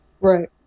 Right